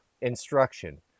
instruction